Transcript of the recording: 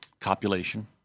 copulation